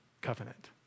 covenant